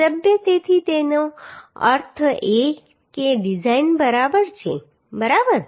સભ્ય તેથી તેનો અર્થ એ કે ડિઝાઇન બરાબર છે બરાબર